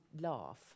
laugh